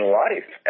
life